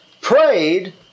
prayed